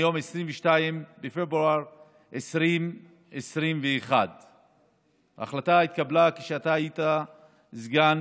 מיום 22 בפברואר 2021. ההחלטה התקבלה כשאתה היית סגן